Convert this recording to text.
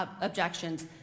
objections